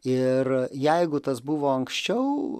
ir jeigu tas buvo anksčiau